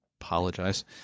apologize